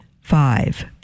Five